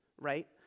right